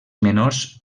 menors